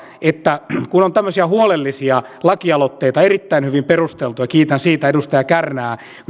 jos nämä kun on tämmöisiä huolellisia lakialoitteita erittäin hyvin perusteltuja kiitän siitä edustaja kärnää